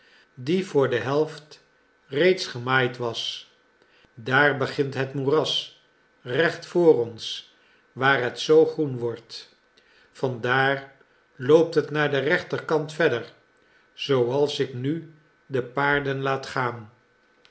die voor de helft reeds gemaaid was daar begint het moeras recht voor ons waar het zoo groen wordt van daar loopt het naar den rechter kant verder zooals ik nu de paarden laat gaan